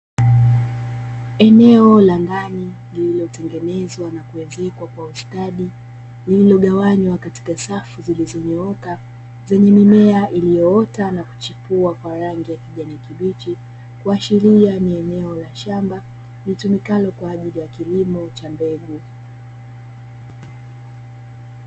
Eneo la ndani lililotengenezwa na kuezekwa kwa ustadi lililogawanywa katika safu zilizonyooka, zenye mimea iliyoota na kuchipua kwa rangi ya kijani kibichi; kuashiria ni eneo la shamba litumikalo kwa ajili ya kilimo cha mbegu.